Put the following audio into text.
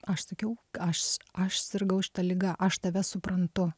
aš sakiau aš aš sirgau šita liga aš tave suprantu